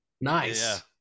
Nice